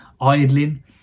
idling